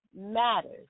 matters